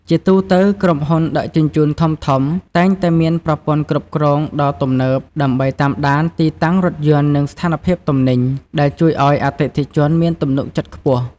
ជាទូទៅ ក្រុមហ៊ុនដឹកជញ្ជូនធំៗតែងតែមានប្រព័ន្ធគ្រប់គ្រងដ៏ទំនើបដើម្បីតាមដានទីតាំងរថយន្តនិងស្ថានភាពទំនិញ ដែលជួយឱ្យអតិថិជនមានទំនុកចិត្តខ្ពស់។